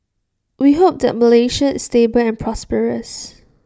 we hope that Malaysia is stable and prosperous